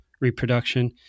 reproduction